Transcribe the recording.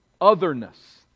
otherness